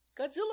Godzilla